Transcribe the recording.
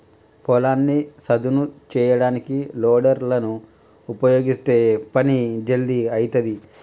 పొలాన్ని సదును చేయడానికి లోడర్ లను ఉపయీగిస్తే పని జల్దీ అయితది